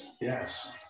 Yes